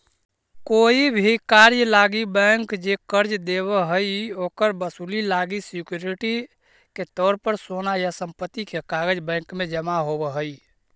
कोई भी कार्य लागी बैंक जे कर्ज देव हइ, ओकर वसूली लागी सिक्योरिटी के तौर पर सोना या संपत्ति के कागज़ बैंक में जमा होव हइ